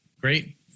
Great